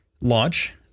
launch